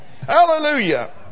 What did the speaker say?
Hallelujah